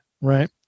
right